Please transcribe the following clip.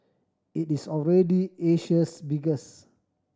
it is already Asia's biggest